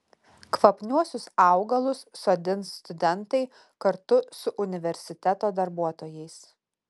kvapniuosius augalus sodins studentai kartu su universiteto darbuotojais